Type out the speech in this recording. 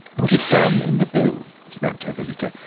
put it down in the bill, snapped her visitor.